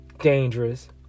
dangerous